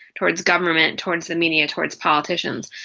towards government, towards the media, towards politicians.